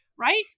Right